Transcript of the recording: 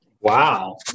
Wow